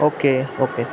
okay okay